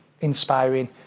inspiring